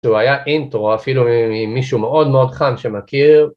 זה היה אינטרו אפילו ממישהו מאוד מאוד חם שמכיר.